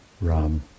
Ram